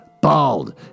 bald